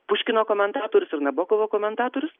puškino komentatorius ir nabokovo komentatorius